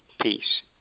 peace